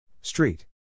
Street